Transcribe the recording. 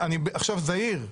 אני אחרוג ממנהגי.